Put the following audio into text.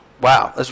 Wow